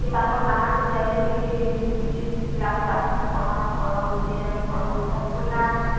କି ତାଙ୍କର୍ ଗାଁକୁ ଯାଇକିରି କିଛି ପିଲାଙ୍କୁ ଡାକିକି ପଢ଼୍ବାକେ ପଡ଼୍ବା ବୁଝେଇ ଦେବାକେ ପଡ଼୍ବା ସ୍କୁଲ୍ ନାଇଁ ଆସ୍ବା